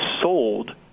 sold